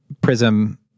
prism